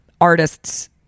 artists